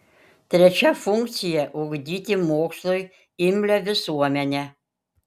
trečia funkcija ugdyti mokslui imlią visuomenę